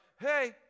hey